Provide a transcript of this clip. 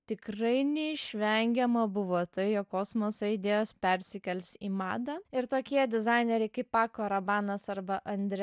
tikrai neišvengiama buvo tai jog kosmoso idėjos persikels į madą ir tokie dizaineriai kaip pako rabanas arba andrė